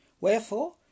Wherefore